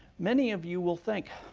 many of you will think,